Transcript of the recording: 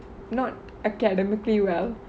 not academically well